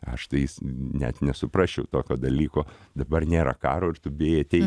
aš tais net nesuprasčiau tokio dalyko dabar nėra karo ir tu bijai ateiti